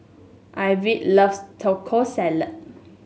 Ivette loves Taco Salad